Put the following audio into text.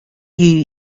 you